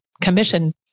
commission